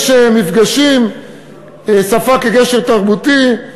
יש מפגשים, "שפה כגשר תרבותי",